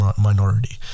minority